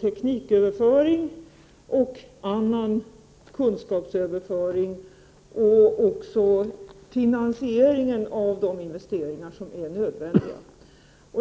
tekniköverföring och annan kunskapsöverföring, liksom finansieringen av de investeringar som är nödvändiga.